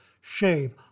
shave